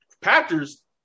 Packers